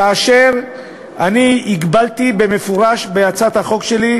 כאשר אני הגבלתי במפורש בהצעת החוק שלי: